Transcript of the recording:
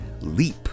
leap